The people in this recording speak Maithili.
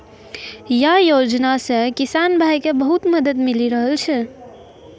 यै योजना सॅ किसान भाय क बहुत मदद मिली रहलो छै